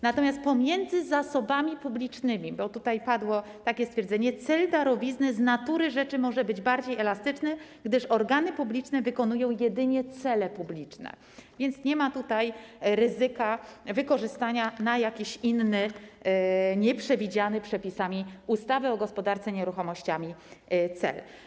Natomiast pomiędzy zasobami publicznymi, bo padło takie stwierdzenie, cel darowizny z natury rzeczy może być bardziej elastyczny, gdyż organy publiczne wykonują jedynie cele publiczne, więc nie ma tutaj ryzyka wykorzystania na jakiś inny, nieprzewidziany przepisami ustawy o gospodarce nieruchomościami cel.